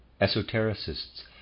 Esotericists